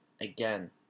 Again